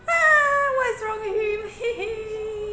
!huh! what is wrong with him